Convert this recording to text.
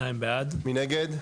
הצבעה בעד, 2 נגד,